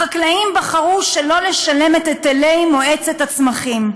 החקלאים בחרו שלא לשלם את היטלי מועצת הצמחים.